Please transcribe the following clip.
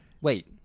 Wait